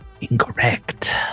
incorrect